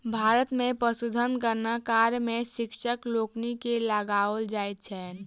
भारत मे पशुधन गणना कार्य मे शिक्षक लोकनि के लगाओल जाइत छैन